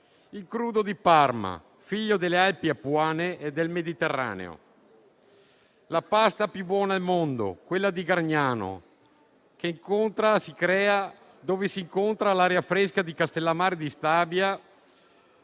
il crudo di Parma, figlio delle Alpi Apuane e del Mediterraneo; la pasta più buona al mondo, quella di Gragnano, che si crea dove si incontra l'aria fresca di Castellammare di Stabia